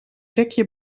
rekje